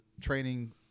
training